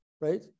right